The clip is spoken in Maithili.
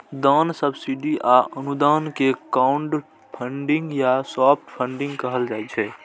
दान, सब्सिडी आ अनुदान कें क्राउडफंडिंग या सॉफ्ट फंडिग कहल जाइ छै